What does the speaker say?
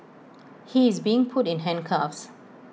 he is being put in handcuffs